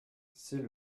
c’est